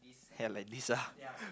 hell like this ah